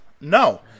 No